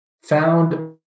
found